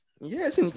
Yes